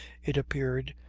it appeared,